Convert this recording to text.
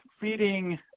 feeding